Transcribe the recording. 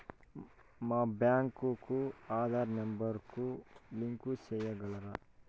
మా బ్యాంకు కు ఆధార్ నెంబర్ కు లింకు సేయగలరా?